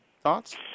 thoughts